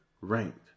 ranked